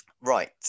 right